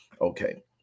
okay